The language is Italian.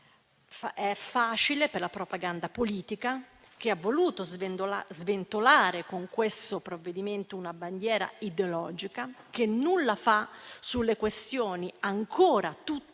è facile per la propaganda politica, che ha voluto sventolare con questo provvedimento una bandiera ideologica, che nulla fa sulle questioni, ancora tutte